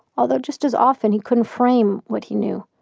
although just as often, he couldn't frame what he knew.